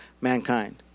mankind